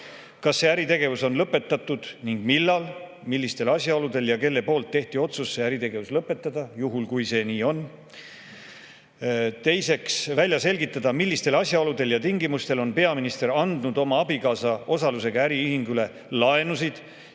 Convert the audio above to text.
kas see äritegevus on lõpetatud ning millal, millistel asjaoludel ja kelle poolt tehti otsus see äritegevus lõpetada, juhul kui see nii on. Teiseks, välja selgitada, millistel asjaoludel ja tingimustel on peaminister andnud oma abikaasa osalusega äriühingule laenusid